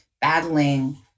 battling